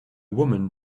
woman